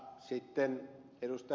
sitten ed